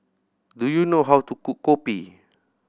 do you know how to cook kopi